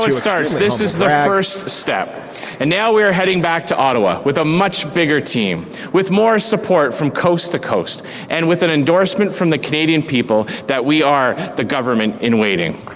like starts. this is the first step and now we are heading back to ottawa with a much bigger team with more support from coast to coast and with an endorsement from the canadian people that we are the government in waiting